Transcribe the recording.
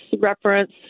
reference